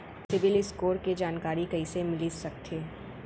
CIBIL score के जानकारी कइसे मिलिस सकथे?